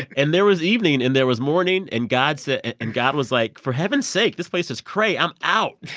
and there was evening. and there was morning. and god said and god was like, for heaven's sake, this place is cray. i'm out.